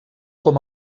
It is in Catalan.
com